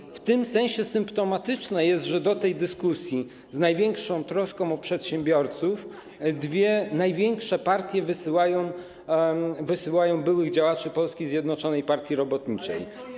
I w tym sensie symptomatyczne jest, że do tej dyskusji z największą troską o przedsiębiorców dwie największe partie wysyłają byłych działaczy Polskiej Zjednoczonej Partii Robotniczej.